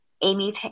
Amy